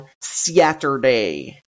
Saturday